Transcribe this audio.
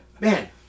Man